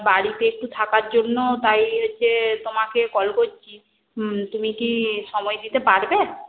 আমার বাড়িতে একটু থাকার জন্য তাই যে তোমাকে কল করছি তুমি কি সময় দিতে পারবে